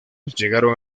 llegaron